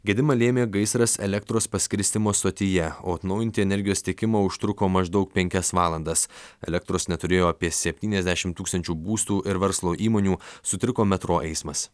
gedimą lėmė gaisras elektros paskirstymo stotyje o atnaujinti energijos tiekimą užtruko maždaug penkias valandas elektros neturėjo apie septyniasdešim tūkstančių būstų ir verslo įmonių sutriko metro eismas